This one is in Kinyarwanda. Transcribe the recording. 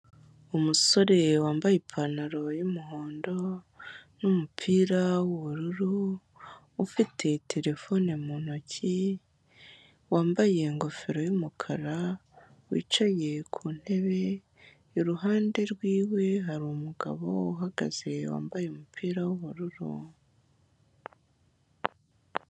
Umusore wambaye ipantaro y'umuhondo n'umupira w'ubururu, ufite telefone mu ntoki, wambaye ingofero y'umukara, wicaye ku ntebe, iruhande rwiwe hari umugabo uhagaze wambaye umupira w'ubururu.